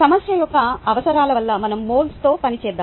సమస్య యొక్క అవసరాలు వల్ల మనం మోల్స్ తో పని చేద్దాం